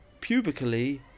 pubically